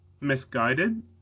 misguided